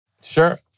Sure